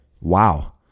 Wow